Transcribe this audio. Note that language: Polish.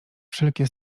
wszelkie